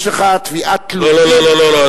יש לך תביעת תלויים?